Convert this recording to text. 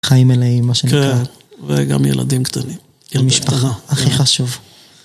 חיים מלאים, מה שנקרא. כן, וגם ילדים קטנים. המשפחה, הכי חשוב.